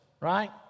right